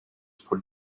for